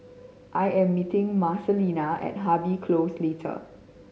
I am meeting Marcelina at Harvey Close